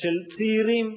של צעירים.